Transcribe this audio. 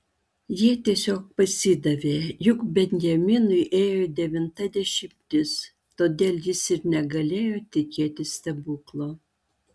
jie tiesiog pasidavė juk benjaminui ėjo devinta dešimtis todėl jis ir negalėjo tikėtis stebuklo